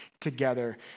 together